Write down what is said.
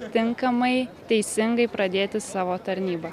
tinkamai teisingai pradėti savo tarnybą